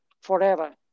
forever